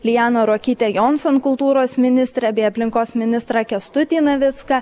lianą ruokytę jonson kultūros ministrę bei aplinkos ministrą kęstutį navicką